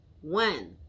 one